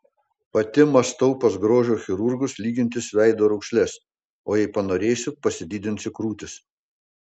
pati mąstau pas grožio chirurgus lygintis veido raukšles o jei panorėsiu pasididinsiu krūtis